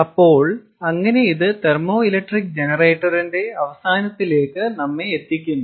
അപ്പോൾ അങ്ങനെ ഇത് തെർമോ ഇലക്ട്രിക് ജനറേറ്ററിന്റെ അവസാനത്തിലേക്ക് നമ്മെ എത്തിക്കുന്നു